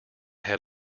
had